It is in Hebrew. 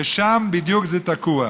ושם בדיוק זה תקוע.